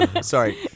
Sorry